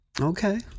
Okay